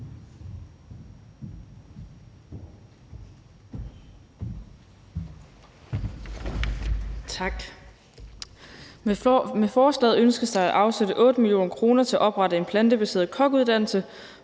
Tak. Med forslaget ønsker man, at der afsættes 8 mio. kr. til at oprette en plantebaseret kokkeuddannelse.